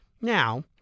Now